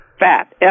fat